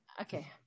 Okay